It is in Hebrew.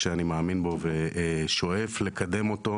שאני מאמין בה ושואף לקדם אותה